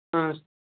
اَہن حظ